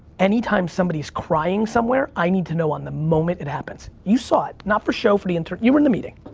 any time somebody's crying somewhere, i need to know on the moment it happens. you saw it, not for show for the inter you were in the meeting.